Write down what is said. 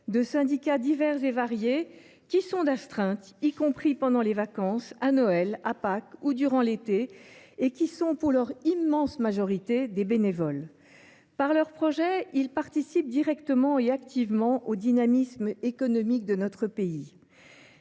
de syndicats divers et variés, qui sont d’astreinte, y compris pendant les vacances, à Noël, à Pâques et durant l’été. Ce sont, dans leur immense majorité, des bénévoles. Par leurs projets, ils participent directement et activement au dynamisme économique de notre pays.